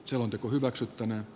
lakiehdotukset hylätään